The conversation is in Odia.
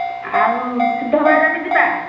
ଆଉ ସିଦ୍ଧ ଭୈରବୀ ଯିବା